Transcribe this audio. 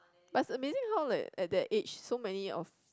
but it's amazing how like at that age so many of